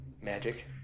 magic